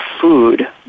food